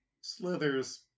Slithers